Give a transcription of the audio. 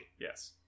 Yes